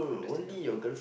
understand her more